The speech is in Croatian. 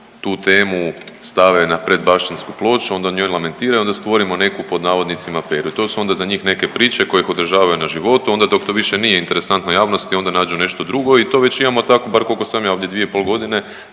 tu temu stave na pred Bašćansku ploču onda o njoj lamentiraju onda stvorimo neku pod navodnicima aferu. I to su onda za njih neke priče koje ih održavaju na životu, onda dok to više nije interesantno javnosti onda nađu nešto drugo i to već imamo tako bar koliko sam ja ovdje 2,5 godine